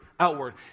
outward